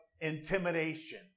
intimidation